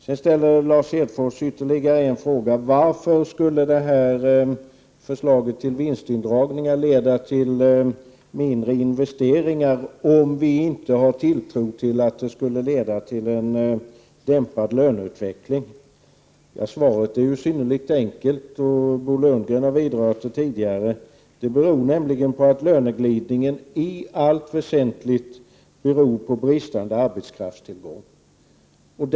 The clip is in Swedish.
Lars Hedfors ställde ytterligare en fråga: Varför skulle förslaget till vinstindragningar leda till mindre investeringar, om vi inte har tilltro till att det kan leda till en dämpad löneutveckling? Svaret är synnerligen enkelt. Bo Lundgren har berört det tidigare. Löneglidningen beror i allt väsentligt på bristande arbetskraftstillgång.